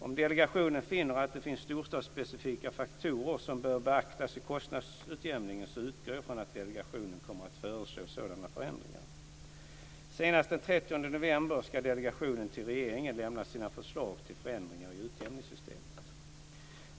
Om delegationen finner att det finns storstadsspecifika faktorer som bör beaktas i kostnadsutjämningen utgår jag från att delegationen kommer att föreslå sådana förändringar. Senast den 30 november ska delegationen till regeringen lämna sina förslag till förändringar i utjämningssystemet.